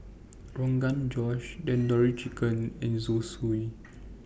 Rogan Josh Tandoori Chicken and Zosui